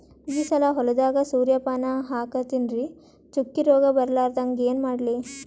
ಈ ಸಲ ಹೊಲದಾಗ ಸೂರ್ಯಪಾನ ಹಾಕತಿನರಿ, ಚುಕ್ಕಿ ರೋಗ ಬರಲಾರದಂಗ ಏನ ಮಾಡ್ಲಿ?